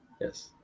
Yes